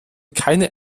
keine